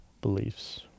beliefs